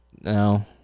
No